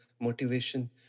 motivation